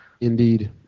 Indeed